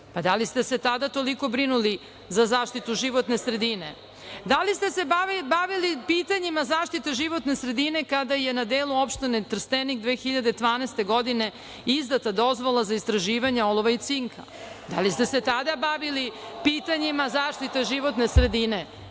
Da li ste se tada toliko brinuli za zaštitu životne sredine? Da li ste se bavili pitanjima zaštite životne sredine kada je na delu opštine Trstenik 2012. godine izdata dozvola za istraživanja olova i cinka? Da li ste se tada bavili pitanjima zaštite životne sredine